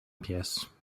pièce